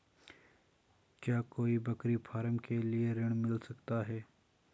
क्या कोई बकरी फार्म के लिए ऋण मिल सकता है?